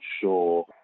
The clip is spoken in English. sure